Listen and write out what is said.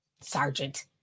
Sergeant